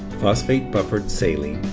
phosphate-buffered saline,